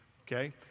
okay